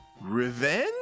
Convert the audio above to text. Revenge